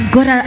God